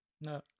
No